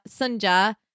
Sunja